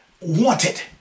wanted